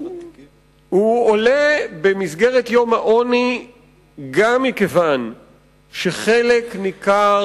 הוא עולה במסגרת יום העוני גם מכיוון שחלק ניכר